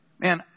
man